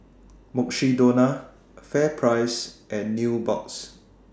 Mukshidonna FairPrice and Nubox